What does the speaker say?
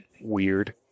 weird